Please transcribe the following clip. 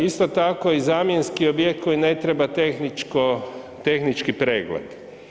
Isto tako i zamjenski objekt koji ne treba tehnički predmet.